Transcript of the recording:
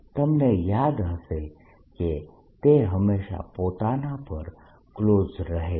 તમને યાદ હશે કે તે હંમેશાં પોતાના પર ક્લોઝ રહે છે